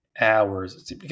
hours